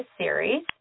series